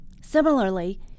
similarly